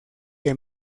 que